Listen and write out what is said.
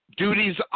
Duties